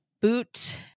boot